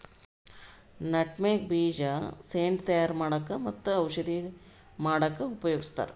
nutmeg ಬೀಜ scent ತಯಾರ್ ಮಾಡಕ್ಕ್ ಮತ್ತ್ ಔಷಧಿ ಮಾಡಕ್ಕಾ ಉಪಯೋಗಸ್ತಾರ್